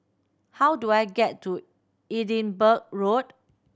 how do I get to Edinburgh Road